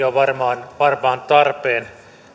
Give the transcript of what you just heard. on varmaan varmaan tarpeen